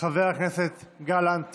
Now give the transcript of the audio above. חבר הכנסת גלנט